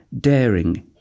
daring